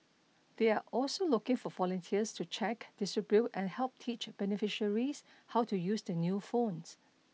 they're also looking for volunteers to check distribute and help teach beneficiaries how to use the new phones